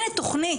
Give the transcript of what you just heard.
הנה תוכנית,